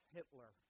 Hitler